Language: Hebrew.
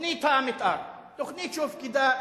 תוכנית המיתאר, תוכנית שהופקדה,